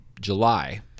july